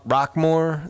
Rockmore